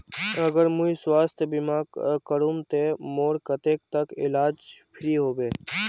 अगर मुई स्वास्थ्य बीमा करूम ते मोर कतेक तक इलाज फ्री होबे?